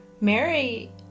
Mary